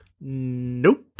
Nope